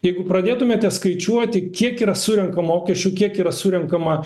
jeigu pradėtumėte skaičiuoti kiek yra surenkama mokesčių kiek yra surenkama